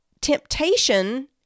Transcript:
temptation